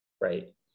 right